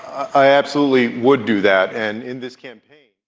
i absolutely would do that and in this campaign.